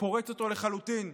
פורץ אותו לחלוטין,